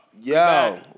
yo